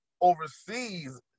overseas